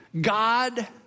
God